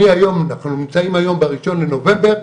אנחנו נמצאים היום בראשון לנובמבר,